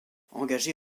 engagé